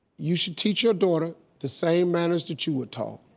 you should teach your daughter the same manners that you were taught.